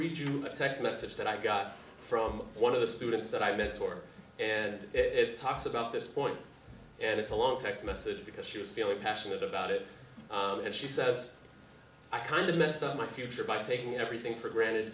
read you a text message that i got from one of the students that i mentor and it talks about this point and it's a long text message because she was feeling passionate about it and she says i kind of messed up my future by taking everything for granted